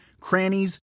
crannies